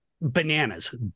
bananas